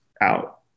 out